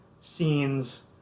scenes